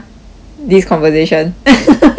this conversation